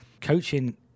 coaching